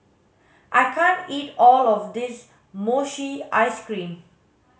I can't eat all of this mochi ice cream